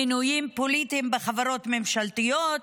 מינויים פוליטיים בחברות ממשלתיות,